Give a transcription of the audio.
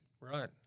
Right